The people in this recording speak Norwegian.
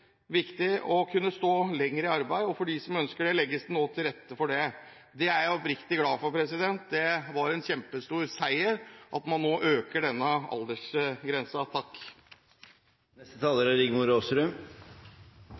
viktig å kunne stå lenger i arbeid, og for dem som ønsker det, legges det nå til rette for det. Det er jeg oppriktig glad for. Det var en kjempestor seier at man nå øker denne aldersgrensen. Det er